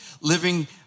living